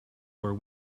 were